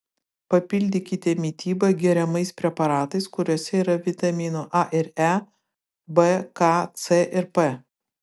papildykite mitybą geriamais preparatais kuriuose yra vitaminų a ir e b k c ir p